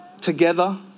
together